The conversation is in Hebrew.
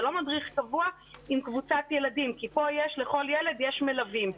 זה לא מדריך קבוע עם קבוצת ילדים כי פה לכל ילד יש מלווים.